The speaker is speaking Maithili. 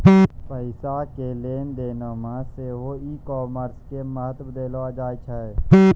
पैसा के लेन देनो मे सेहो ई कामर्स के महत्त्व देलो जाय छै